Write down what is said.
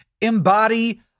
embody